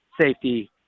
safety